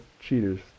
cheaters